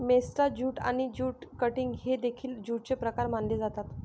मेस्टा jute आणि jute cutting हे देखील ज्यूटचे प्रकार मानले जातात